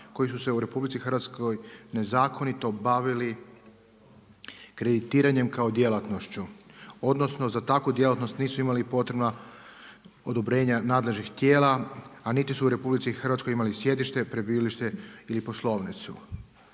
koji su se u RH nezakonito bavili kreditiranjem kao djelatnošću, odnosno za takvu djelatnost nisu imali potrebna odobrenja nadležnih tijela, a niti su u RH imali sjedište, prebivalište ili poslovnicu.